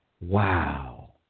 Wow